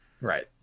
Right